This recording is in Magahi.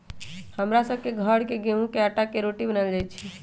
हमरा सभ के घर में गेहूम के अटा के रोटि बनाएल जाय छै